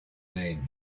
name